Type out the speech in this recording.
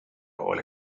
all